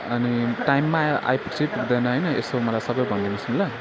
अनि टाइममा आइपुग्छ कि पुग्दैन होइन यसो मलाई सबै भनिदिनोस् न ल